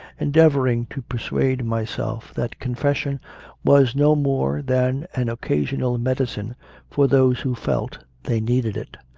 endeavouring to persuade myself that confession was no more than an occasional medicine for those who felt they needed it.